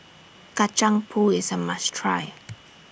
Kacang Pool IS A must Try